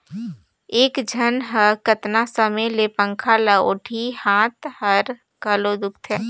एक झन ह कतना समय ले पंखा ल ओटही, हात हर घलो दुखते